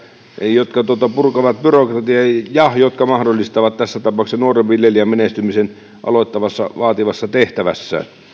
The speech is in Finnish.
jotka purkavat byrokratiaa ja jotka mahdollistavat tässä tapauksessa nuoren viljelijän menestymisen vaativan tehtävän aloittamisessa